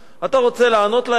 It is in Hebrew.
אתה רוצה לענות להם?